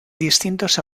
distintos